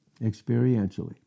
Experientially